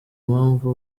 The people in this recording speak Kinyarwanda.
mpamvu